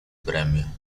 premio